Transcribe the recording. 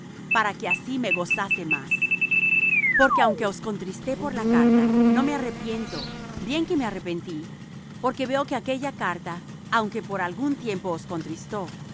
para que así me gozase más porque aunque os contristé por la carta no me arrepiento bien que me arrepentí porque veo que aquella carta aunque por algún tiempo os contristó